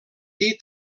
dir